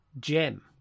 gem